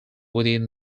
within